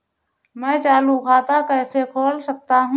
मैं चालू खाता कैसे खोल सकता हूँ?